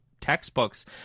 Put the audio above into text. textbooks